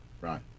Right